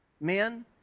Men